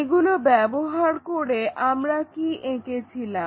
এগুলো ব্যবহার করে আমরা কি এঁকেছিলাম